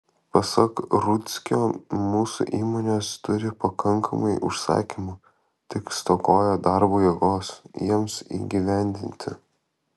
pasak rudzkio mūsų įmonės turi pakankamai užsakymų tik stokoja darbo jėgos jiems įgyvendinti